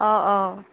অ অ